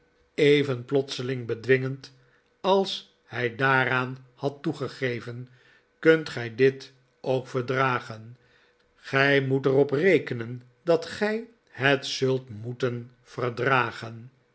afspraxen seling bedwingend als liij daaraan had toegegeven t kunt gij dit ook verdragen gij moet er op rekenen dat gij het zult moeten verdragen